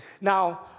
Now